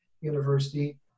University